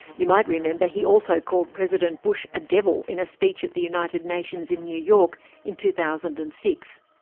you might remember he also called president bush a devil, in a speech at the united nations in new york in two thousand and six.